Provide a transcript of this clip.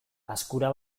azkura